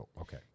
okay